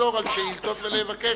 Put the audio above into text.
לחזור על שאילתות ולבקש.